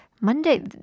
Monday